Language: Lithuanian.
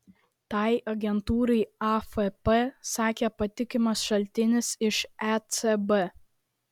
tai agentūrai afp sakė patikimas šaltinis iš ecb